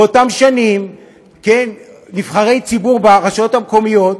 באותן שנים נבחרי ציבור ברשויות המקומיות